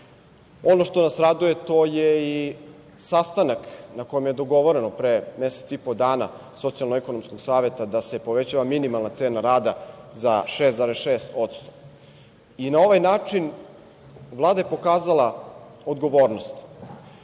Ono što nas raduje to je i sastanak na kome je dogovoreno pre mesec i po dana, Socijalno-ekonomskog saveta da se povećava minimalna cena rada za 6,6%. Na ovaj način Vlada je pokazala odgovornost